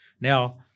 Now